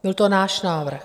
Byl to náš návrh.